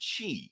chi